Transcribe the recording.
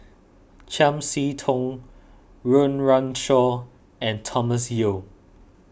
Chiam See Tong Run Run Shaw and Thomas Yeo